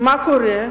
מה קורה,